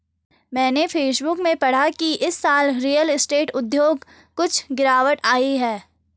मैंने फेसबुक में पढ़ा की इस साल रियल स्टेट उद्योग कुछ गिरावट आई है